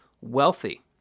wealthy